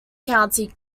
county